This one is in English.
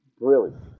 brilliant